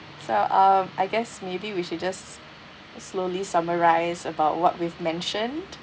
so um I guess maybe we should just slowly summarise about what we've mentioned